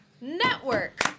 Network